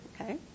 Okay